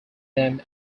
them